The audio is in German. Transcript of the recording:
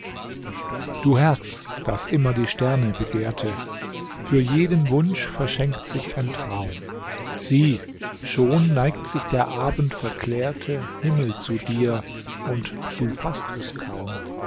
du herz das immer die sterne begehrte für jeden wunsch verschenkt sich ein traum sieh schon neigt sich der abendverklärte himmel zu dir und du faßt es kaum